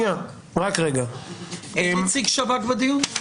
יש נציג שב"כ בדיון?